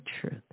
truth